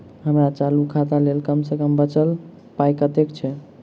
हम्मर चालू खाता लेल कम सँ कम बचल पाइ कतेक छै?